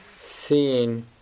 seeing